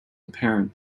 apparent